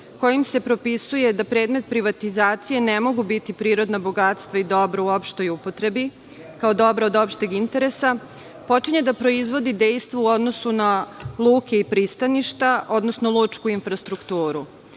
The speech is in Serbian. kojim se propisuje da predmet privatizacije ne mogu biti prirodna bogatstva i dobra u opštoj upotrebi kao dobra od opšteg interesa, počinje da proizvodi dejstvo u odnosu na luke i pristaništa, odnosno lučku infrastrukturu.